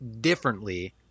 differently